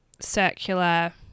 circular